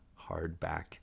hardback